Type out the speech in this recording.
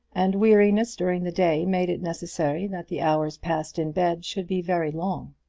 and weariness during the day made it necessary that the hours passed in bed should be very long.